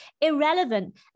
Irrelevant